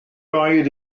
oedd